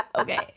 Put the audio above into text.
Okay